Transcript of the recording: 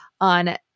on